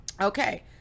Okay